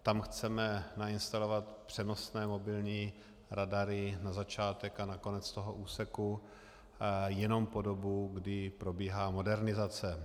Tam chceme nainstalovat přenosné mobilní radary na začátek a konec úseku jenom po dobu, kdy probíhá modernizace.